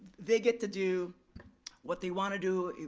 they get to do what they wanna do.